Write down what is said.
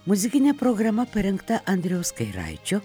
muzikinė programa parengta andriaus kairaičio